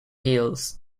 hills